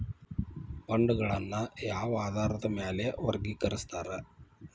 ಫಂಡ್ಗಳನ್ನ ಯಾವ ಆಧಾರದ ಮ್ಯಾಲೆ ವರ್ಗಿಕರಸ್ತಾರ